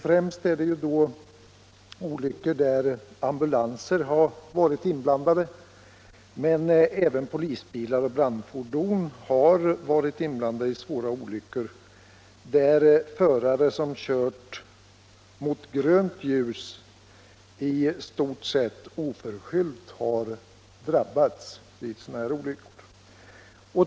Främst är det ambulanser men även polisbilar och brandfordon som varit inblandade i svåra olyckor, där förare som kört mot grönt ljus i stort sett oförskyllt har drabbats.